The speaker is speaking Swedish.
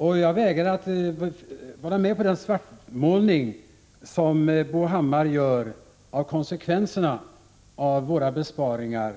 Vi vägrar att vara med på den svartmålning som Bo Hammar gör av konsekvenserna av våra besparingar